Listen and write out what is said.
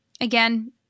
again